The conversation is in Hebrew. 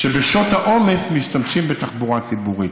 שבשעות העומס משתמשים בתחבורה ציבורית.